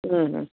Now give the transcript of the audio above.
ம்